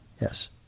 yes